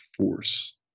force